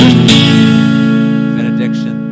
benediction